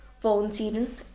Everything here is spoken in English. volunteering